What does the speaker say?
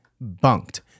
Bunked